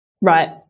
Right